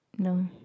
no